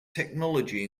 technology